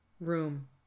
room